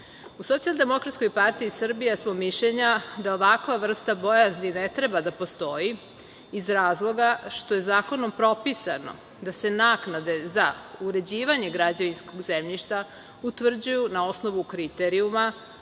u samim opštinama.U SDPS smo mišljenja da ovakva vrsta bojazni ne treba da postoji iz razloga što je zakonom propisano da se naknade za uređivanje građevinskog zemljišta utvrđuju na osnovu kriterijuma,